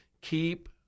keep